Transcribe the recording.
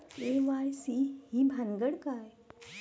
KYC ही भानगड काय?